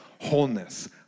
wholeness